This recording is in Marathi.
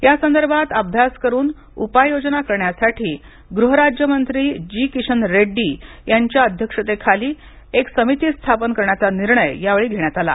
यासंदर्भात अभ्यास करून उपाययोजना करण्यासाठी गृहराज्य मंत्री जी किशन रेड्डी यांच्या अध्यक्षतेखाली यावेळी एक समिती स्थापन करण्याचा निर्णय घेण्यात आला